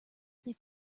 they